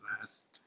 last